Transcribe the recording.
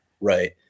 Right